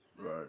Right